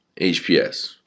HPS